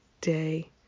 day